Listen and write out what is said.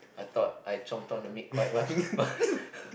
I thought I chomped on the meat quite well